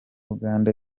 uganda